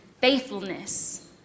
faithfulness